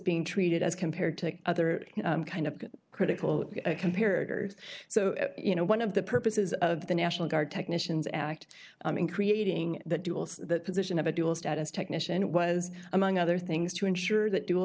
being treated as compared to other kind of critical compared so you know one of the purposes of the national guard technicians act in creating that duals the position of a dual status technician was among other things to ensure that dual